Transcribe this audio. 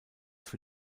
für